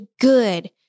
good